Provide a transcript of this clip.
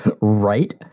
Right